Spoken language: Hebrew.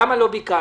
למה לא ביקשתי?